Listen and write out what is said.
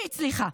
היא הצליחה,